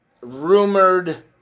rumored